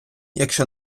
якщо